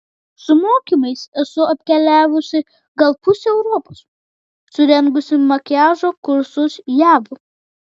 su mokymais esu apkeliavusi gal pusę europos surengusi makiažo kursus jav